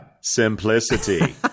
simplicity